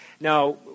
Now